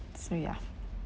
so ya